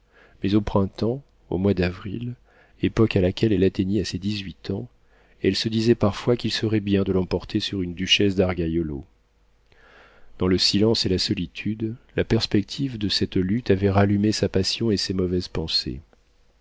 mais au printemps au mois d'avril époque à laquelle elle atteignit à ses dix-huit ans elle se disait parfois qu'il serait bien de l'emporter sur une duchesse d'argaiolo dans le silence et la solitude la perspective de cette lutte avait rallumé sa passion et ses mauvaises pensées